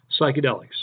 psychedelics